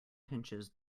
pinches